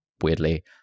weirdly